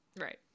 Right